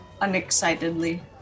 unexcitedly